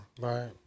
right